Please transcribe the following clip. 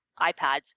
iPads